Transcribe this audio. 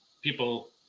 people